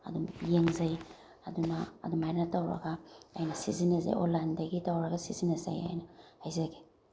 ꯑꯗꯨꯝ ꯌꯦꯡꯖꯩ ꯑꯗꯨꯅ ꯑꯗꯨꯃꯥꯏꯅ ꯇꯧꯔꯒ ꯑꯩꯅ ꯁꯤꯖꯤꯟꯅꯖꯩ ꯑꯣꯟꯂꯥꯏꯟꯗꯒꯤ ꯇꯧꯔꯒ ꯁꯤꯖꯤꯟꯅꯖꯩ ꯍꯥꯏꯅ ꯍꯥꯏꯖꯒꯦ